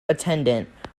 attendant